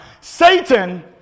Satan